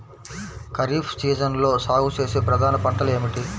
ఖరీఫ్ సీజన్లో సాగుచేసే ప్రధాన పంటలు ఏమిటీ?